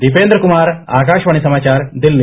दीपेन्द्र कुमार आकाशवाणी समाचार दिल्ली